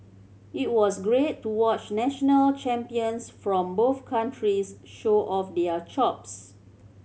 it was great to watch national champions from both countries show off their chops